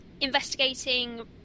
investigating